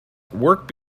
work